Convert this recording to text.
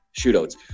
shootouts